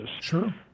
Sure